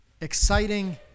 exciting